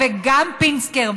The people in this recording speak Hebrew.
וגם פינסקר.